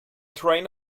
train